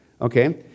okay